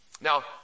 Now